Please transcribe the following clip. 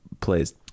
plays